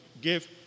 give